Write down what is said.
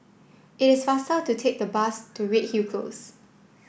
it is faster to take a bus to Redhill Close